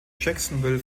jacksonville